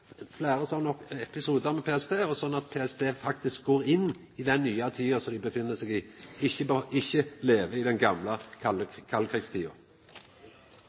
fleire slike episodar med PST, og slik at PST faktisk går inn i den nye tida dei er i, og ikkje lever som i den gamle